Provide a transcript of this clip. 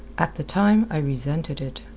at the time i resented it.